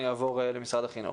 אני אעבור למשרד החינוך.